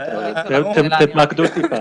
תמקדו מעט.